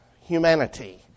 humanity